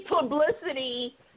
publicity